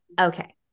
okay